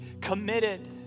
committed